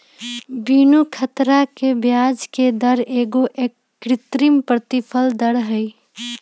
बीनू ख़तरा के ब्याजके दर एगो कृत्रिम प्रतिफल दर हई